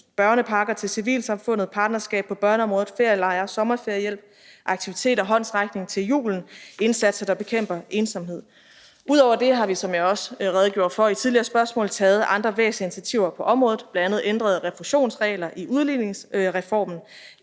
børnepakker til civilsamfundet, partnerskab på børneområdet, ferielejre, sommerferiehjælp, aktiviteter, håndsrækning til julen og indsatser, der bekæmper ensomhed. Ud over det har vi, som jeg også redegjorde for under tidligere spørgsmål, taget andre væsentlige initiativer på området, bl.a. ændrede refusionsregler i udligningsreformen;